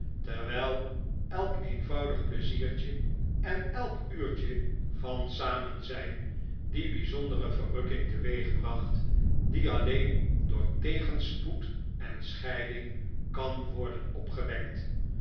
terwijl elk eenvoudig pleiziertje en elk uurtje van samenzijn die bijzondere verrukking teweegbracht die alleen door tegenspoed en scheiding kan worden opgewekt